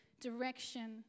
direction